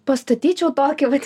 pastatyčiau tokį vat